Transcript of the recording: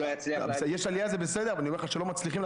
שיש עלייה זה בסדר, אבל אני אומר שלא מצליחים.